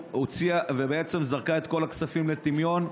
ובעצם זרקה את כל הכספים לטמיון,